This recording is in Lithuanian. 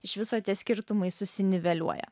iš viso tie skirtumai susiniveliuoja